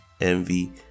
envy